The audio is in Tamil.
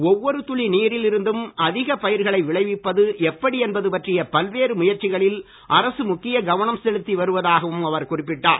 ஒவ்வொரு துளி நீரில் இருந்தும் அதிக பயிர்களை விளைவிப்பது எப்படி என்பது பற்றிய பல்வேறு முயற்சிகளில் அரசு முக்கிய கவனம் செலுத்தி வருவதாகவும் அவர் குறிப்பிட்டார்